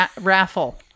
raffle